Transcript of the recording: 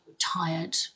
tired